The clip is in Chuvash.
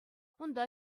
унта